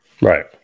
Right